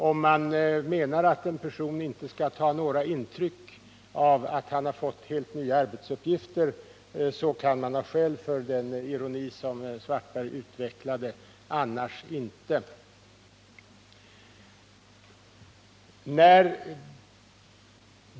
Om man menar att en person inte skulle ta några intryck av att han fått helt nya arbetsuppgifter så kan man ha skäl för den ironi som herr Svartberg uttalade, annars inte.